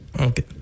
Okay